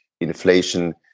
Inflation